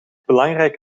belangrijk